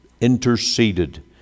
interceded